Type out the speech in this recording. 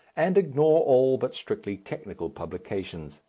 and ignore all but strictly technical publications.